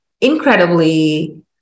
incredibly